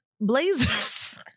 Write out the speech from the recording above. blazers